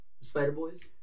Spider-Boys